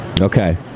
Okay